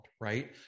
right